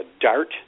dart